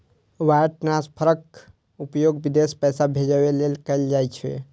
wire ट्रांसफरक उपयोग विदेश पैसा भेजै लेल कैल जाइ छै